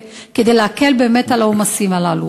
כדי באמת להתגבר על העומסים הללו.